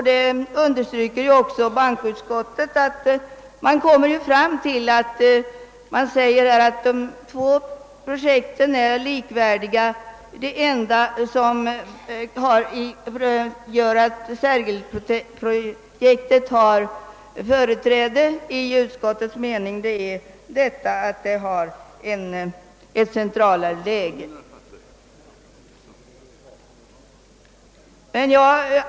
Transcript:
även bankoutskottet har förklarat att de två alternativen är likvärdiga; det enda som ger Sergels torg-projektet företräde enligt utskottet är det mera centrala läget.